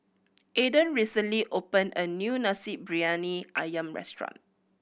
Aaden recently opened a new Nasi Briyani Ayam restaurant